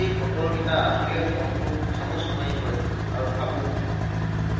এই বতৰকেইটা আহিলে মনটো খামুচ মাৰি ধৰে আৰু ভাবোঁ